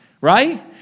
right